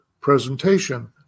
presentation